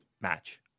match